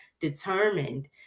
determined